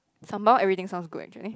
sambal everything sounds good actually